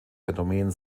phänomen